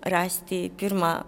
rasti pirma